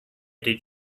did